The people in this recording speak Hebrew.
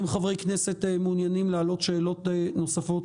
אם חברי כנסת מעוניינים להעלות שאלות נוספות,